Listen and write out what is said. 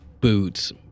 boots